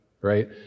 right